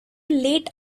late